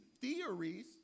theories